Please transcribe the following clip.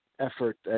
effort